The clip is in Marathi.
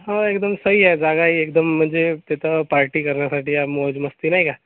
हो एकदम सही आहे जागाही एकदम म्हणजे तिथं पार्टी करण्यासाठी या मौज मस्ती नाही का